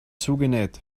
zugenäht